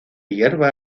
hierba